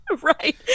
Right